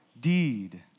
deed